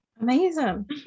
Amazing